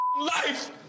life